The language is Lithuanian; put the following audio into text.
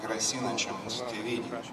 grasinančiam mūsų tėvynei